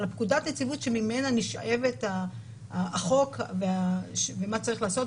אבל בפקודת הנציבות שממנה שואב החוק ומה צריך לעשות,